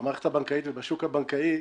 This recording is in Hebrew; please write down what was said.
במערכת הבנקאית ובשוק הבנקאי,